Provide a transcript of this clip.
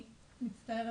אני מצטערת,